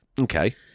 Okay